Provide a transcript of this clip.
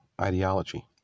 ideology